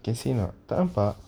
can see not tak nampak